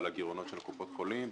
על הגירעונות של קופות החולים,